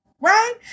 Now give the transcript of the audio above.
right